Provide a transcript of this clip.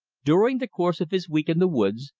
during the course of his week in the woods,